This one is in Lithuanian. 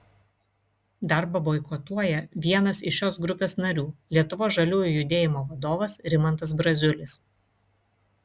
darbą boikotuoja vienas iš šios grupės narių lietuvos žaliųjų judėjimo vadovas rimantas braziulis